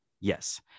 Yes